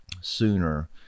sooner